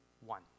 one